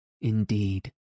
Indeed